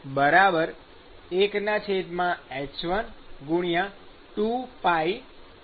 તે 1h1A11h12πr1L છે